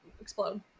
explode